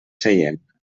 seient